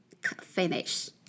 finish